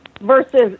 versus